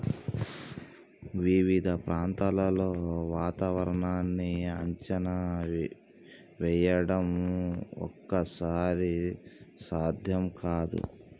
వివిధ ప్రాంతాల్లో వాతావరణాన్ని అంచనా వేయడం ఒక్కోసారి సాధ్యం కాదు